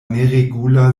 neregula